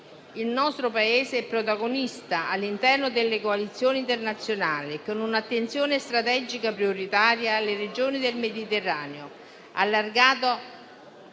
Il nostro Paese è protagonista all'interno delle coalizioni internazionali, con un'attenzione strategica prioritaria alle regioni del Mediterraneo allargato